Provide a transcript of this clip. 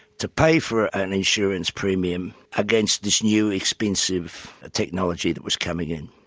to pay for an insurance premium against this new expensive technology that was coming in.